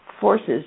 forces